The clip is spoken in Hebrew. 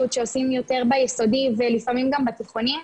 שעושים יותר ביסודי ולפעמים גם בתיכונים,